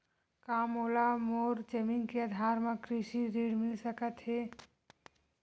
का मोला मोर जमीन के आधार म कृषि ऋण मिल सकत हे?